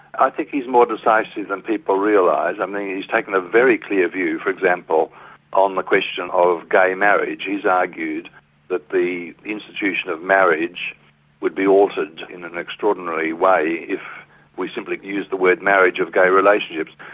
i think he's more decisive than people realise. i mean he's taken a very clear view for example on the question of gay marriage. he's argued that the institution of marriage would be altered in an extraordinary way if we simply use the word marriage of gay relationships.